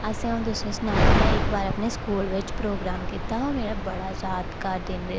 अच्छा हून तुसेंई सनान्नी में इक बार अपने स्कूल बिच्च प्रोग्राम कीता हा मेरा बड़ा यादगार दिन रेह् दा